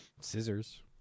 Scissors